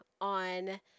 on